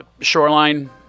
Shoreline